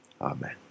Amen